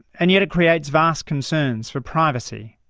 and yet it creates vast concerns for privacy,